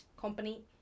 company